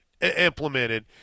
implemented